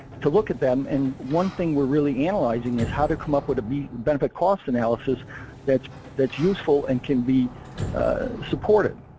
to look at them and one thing we're really analyzing is how to come up with a benefit-cost analysis that's that's useful and can be supported.